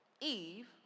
Eve